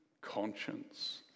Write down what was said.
conscience